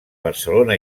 barcelona